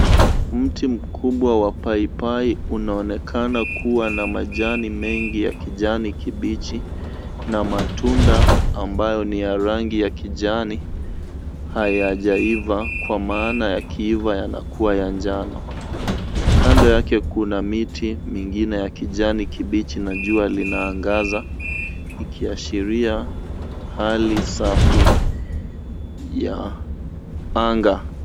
Mti mkubwa wa paipai unaonekana kuwa na majani mengi ya kijani kibichi na matunda ambayo ni ya rangi ya kijani hayajaiva kwa maana yakiiva yanakuwa ya njano. Kando yake, kuna miti mingine ya kijani kibichi na jua linaangaza ikiashiria hali safi ya anga.